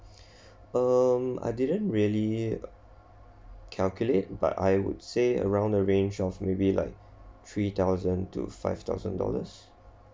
um I didn't really calculate but I would say around the range of maybe like three thousand to five thousand dollars